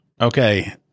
Okay